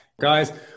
Guys